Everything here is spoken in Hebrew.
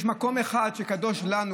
יש מקום אחד שקדוש לנו,